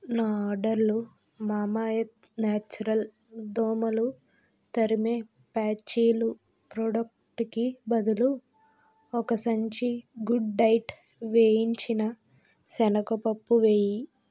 నా ఆర్డర్లో Mamaearth natural దోమలు తరిమే ప్యాచీలు ప్రోడక్టుకి బదులు ఒక సంచి గుడ్ డైట్ వేయించిన శనగపప్పు వెయ్యి